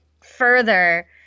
further